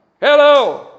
Hello